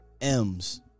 M's